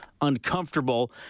uncomfortable